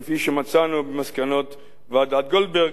כפי שמצאנו במסקנות ועדת-גולדברג.